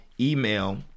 email